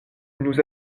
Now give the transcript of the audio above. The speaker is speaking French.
nous